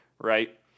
right